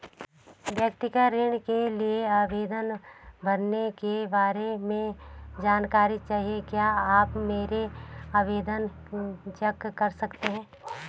व्यक्तिगत ऋण के लिए आवेदन भरने के बारे में जानकारी चाहिए क्या आप मेरा आवेदन चेक कर सकते हैं?